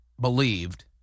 believed